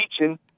teaching